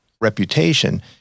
reputation